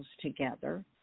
together